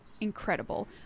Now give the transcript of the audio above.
incredible